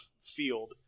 field